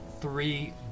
three